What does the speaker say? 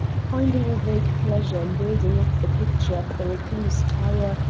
finding a vague pleasure in building up the picture of the recluse tower,